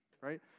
right